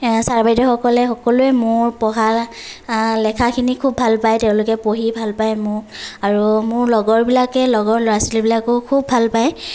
sir বাইদেউসকলে সকলোৱে মোৰ পঢ়া লেখাখিনি খুব ভাল পায় তেওঁলোকে পঢ়ি ভাল পায় মোৰ আৰু মোৰ লগৰবিলাকে লগৰ ল'ৰা ছোৱালীবিলাকেও খুব ভাল পায়